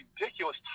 ridiculous